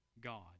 God